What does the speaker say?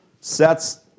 sets